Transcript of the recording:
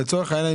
לצורך העניין,